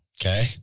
Okay